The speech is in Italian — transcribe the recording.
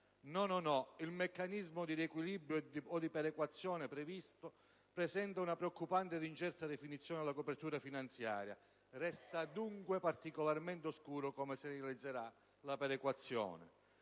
il meccanismo di riequilibrio o di perequazione previsto presenta una preoccupante ed incerta definizione della copertura finanziaria. Resta, dunque, particolarmente oscuro come si realizzerà la perequazione.